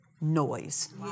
noise